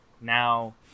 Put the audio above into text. Now